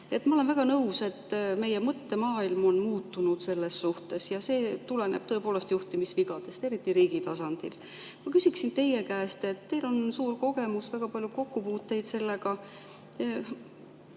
olen väga nõus, et meie mõttemaailm on muutunud selles suhtes ja see tuleneb tõepoolest juhtimisvigadest, eriti riigi tasandil. Ma küsiksin teie käest, teil on suur kogemus, väga palju kokkupuuteid sellega: